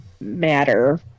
matter